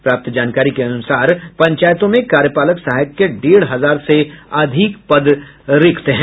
प्राप्त जानकारी के अनुसार पंचायतों में कार्यपालक सहायक के डेढ़ हजार से अधिक पद रिक्त हैं